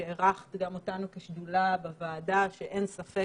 שאירחת גם אותנו כשדולה בוועדה שאין ספק